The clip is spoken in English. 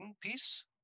piece